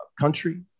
country